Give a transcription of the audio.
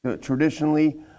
traditionally